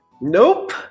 Nope